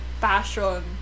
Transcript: passion